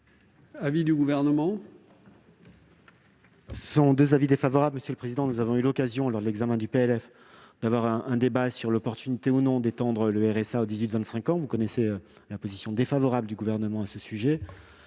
l'avis du Gouvernement ?